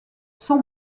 son